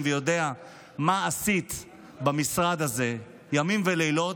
ויודע מה עשית במשרד הזה ימים ולילות,